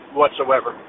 whatsoever